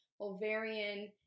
ovarian